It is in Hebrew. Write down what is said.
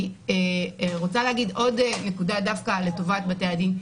אני רוצה להגיד עוד נקודה, דווקא לטובת בתי הדין.